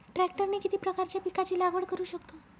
ट्रॅक्टरने किती प्रकारच्या पिकाची लागवड करु शकतो?